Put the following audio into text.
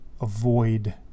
avoid